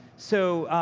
so,